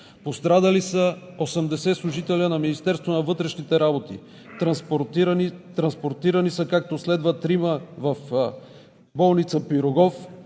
Пострадали са 80 служители на Министерството на вътрешните работи. Транспортирани са, както следва: трима в болница „Пирогов“,